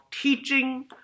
teaching